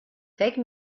take